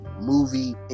movie